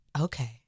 okay